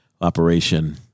operation